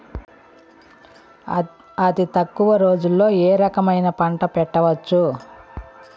అతి తక్కువ రోజుల్లో ఏ రకమైన పంట పెంచవచ్చు?